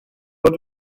fod